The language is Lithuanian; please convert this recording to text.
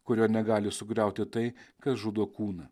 kurio negali sugriauti tai kas žudo kūną